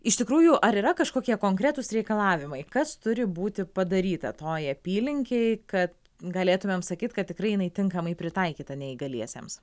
iš tikrųjų ar yra kažkokie konkretūs reikalavimai kas turi būti padaryta toj apylinkėj kad galėtumėm sakyt kad tikrai jinai tinkamai pritaikyta neįgaliesiems